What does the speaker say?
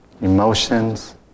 emotions